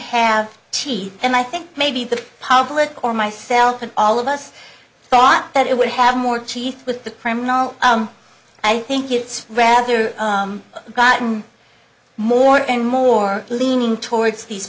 have teeth and i think maybe the public or myself and all of us thought that it would have more chief with the criminal i think it's rather gotten more and more leaning towards these